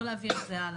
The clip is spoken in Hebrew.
לא להעביר את זה הלאה.